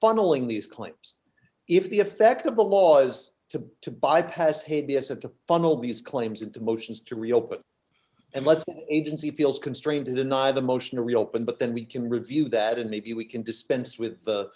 funneling these claims if the effect of the law as to to bypass his b s and to funnel these claims into motions to reopen and let's agency feels constrained to deny the motion to reopen but then we can review that and maybe we can dispense with the